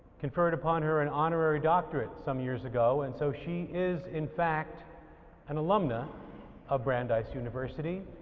conferred upon her an honorary doctorate some years ago and so she is in fact an alumna of brandeis university.